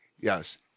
yes